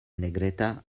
negreta